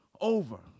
over